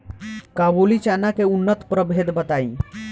काबुली चना के उन्नत प्रभेद बताई?